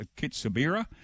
Kitsabira